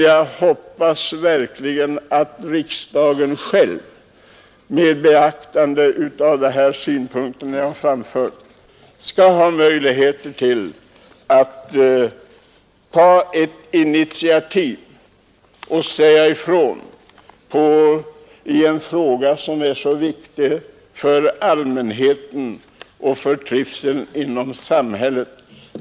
Jag hoppas verkligen att riksdagen själv, med beaktande av de synpunkter jag har framfört, skall ha möjlighet att ta ett initiativ och säga ifrån i en fråga som är så väsentlig för allmänheten och för trivseln inom samhället.